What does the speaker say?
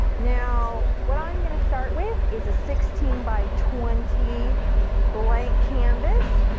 now, what i'm gonna start with is a sixteen by twenty blank canvas.